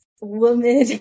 woman